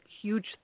huge